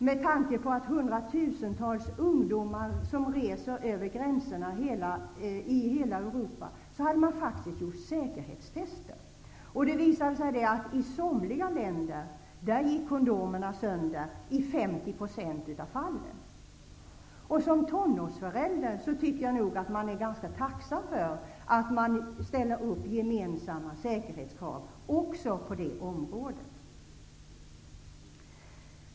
Med tanke på att hundra tusentals ungdomar reser över gränserna i hela Europa hade man gjort säkerhetstester. Det visade sig att i somliga länder gick kondomerna sönder i 50 % av fallen. Som tonårsförälder är jag ganska tacksam för att man ställer upp gemensamma säkerhetskrav också på detta område.